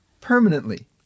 permanently